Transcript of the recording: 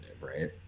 Right